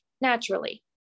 naturally